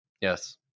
Yes